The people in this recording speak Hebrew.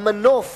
המנוף